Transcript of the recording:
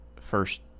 first